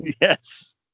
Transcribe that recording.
Yes